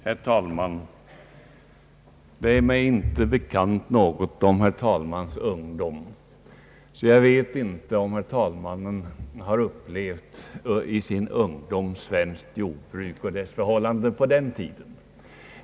Herr talman! Det är mig inte bekant något om herr talmannens ungdom, och jag vet därför inte om herr talmannen i sin ungdom har upplevt svenskt jordbruk och dess förhållanden på den tiden.